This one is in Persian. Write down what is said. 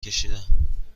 کشیدم